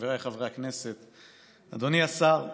חבריי חברי הכנסת, אדוני השר,